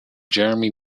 jeremy